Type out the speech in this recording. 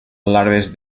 larves